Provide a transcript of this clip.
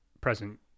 present